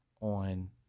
on